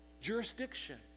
Jurisdiction